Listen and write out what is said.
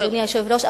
אדוני היושב-ראש,